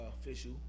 official